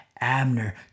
Abner